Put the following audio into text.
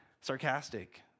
sarcastic